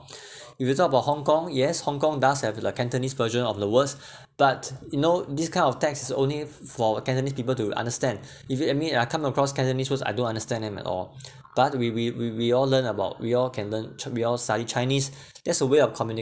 if you talk about hong kong yes hong kong does have the cantonese version of the words but you know this kind of text is only f~for academics people to understand if you and me I come across cantonese words I don't understand them at all but we we we we all learn about we all can learn ch~ we all study chinese that's a way of communi~